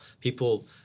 people